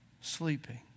sleeping